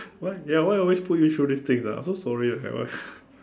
why ya why always put you through these things ah I'm so sorry you had to